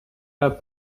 are